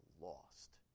lost